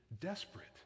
desperate